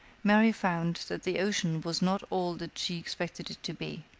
mary found that the ocean was not all that she expected it to be,